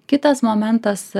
kitas momentas